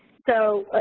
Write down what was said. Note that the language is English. so,